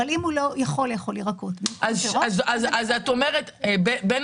אם הוא לא יכול לאכול ירקות ופירות --- את אומרת שבין